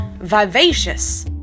vivacious